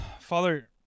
Father